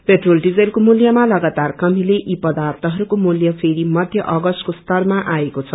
petrol डीजलको मूल्यमा लगातार कमीले यी पदार्यहरूको मूल्य फेरि मध्य अगस्तको स्तरमा आएको छ